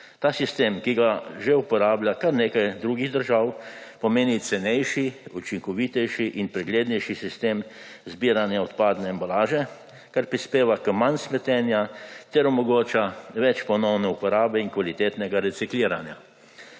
Ta sistem, ki ga že uporablja kar nekaj drugih držav, pomeni cenejši, učinkovitejši in preglednejši sistem zbiranja odpadne embalaže, kar prispeva k manj smetenja ter omogoča več ponovne uporabe in kvalitetnega recikliranja.